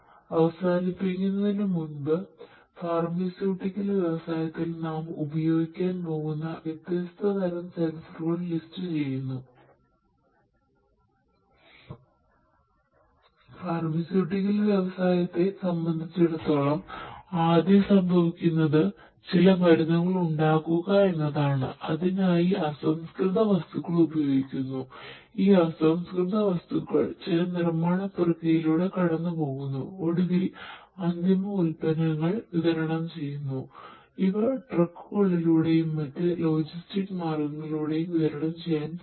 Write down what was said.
അവസാനിപ്പിക്കുന്നതിന് മുമ്പ് ഫാർമസ്യൂട്ടിക്കൽ വ്യവസായത്തിൽ നാം ഉപയോഗിക്കാൻ പോകുന്ന വ്യത്യസ്ത തരം സെൻസറുകൾ ലിസ്റ്റ് ചെയ്യുന്നു ഫാർമസ്യൂട്ടിക്കൽ മാർഗങ്ങളിലൂടെയും വിതരണം ചെയ്യാൻ പോകുന്നു